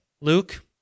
Luke